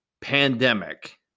pandemic